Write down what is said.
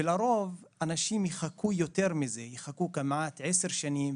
לרוב אנשים יחכו יותר מזה: יחכו כמעט עשר שנים,